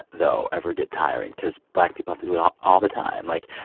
though, ever get tiring? because black people have to do it all all the time. like.